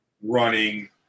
running